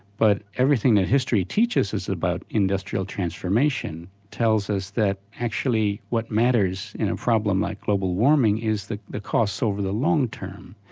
but everything that history teaches us about industrial transformation tells us that actually what matters in a problem like global warming is the the costs over the long term.